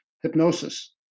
hypnosis